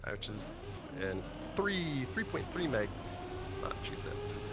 which is and three three point three megs not gzipped.